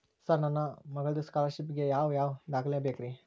Sir ನನ್ನ ಮಗ್ಳದ scholarship ಗೇ ಯಾವ್ ಯಾವ ದಾಖಲೆ ಬೇಕ್ರಿ?